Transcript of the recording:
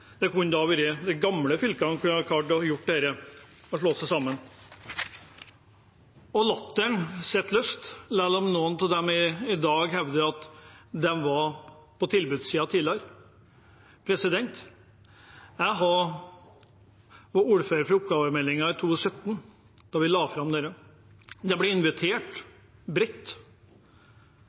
det kunne være at de gamle fylkene kunne klart å slå seg sammen. Latteren sitter løst – lell om noen av dem i dag hevder at de var på tilbudssiden tidligere. Jeg var ordfører for oppgavemeldingen i 2015, da vi la fram dette. Det ble invitert